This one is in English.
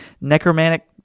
necromantic